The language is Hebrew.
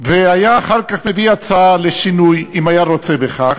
והיה אחר כך מביא הצעה לשינוי, אם היה רוצה בכך,